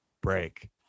break